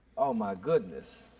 oh, my goodness.